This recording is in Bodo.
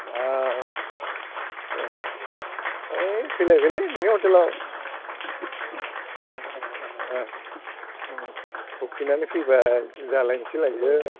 औ दे ओइ फैलायबायलै नोंनि हटेलाव उखैनानै फैबाय जालाय सैलायो